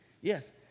Yes